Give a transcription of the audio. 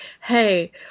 Hey